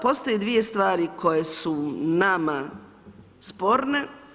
Postoje dvije stvari koje su nama sporne.